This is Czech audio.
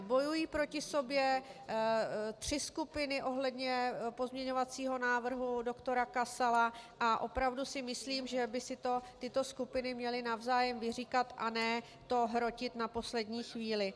Bojují proti sobě tři skupiny ohledně pozměňovacího návrhu doktora Kasala a opravdu si myslím, že by si to tyto skupiny měly navzájem vyříkat a ne to hrotit na poslední chvíli.